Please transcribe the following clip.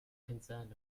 concerned